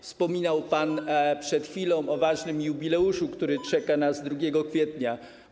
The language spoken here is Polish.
Wspominał pan przed chwilą o ważnym jubileuszu, który czeka nas 2 kwietnia.